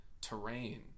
terrain